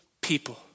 people